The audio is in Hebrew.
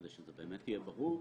כדי שזה יהיה ברור,